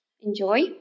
enjoy